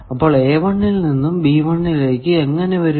അപ്പോൾ ൽ നിന്നും ലേക്ക് എങ്ങനെ വരും